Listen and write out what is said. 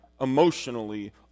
emotionally